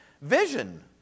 vision